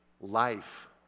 life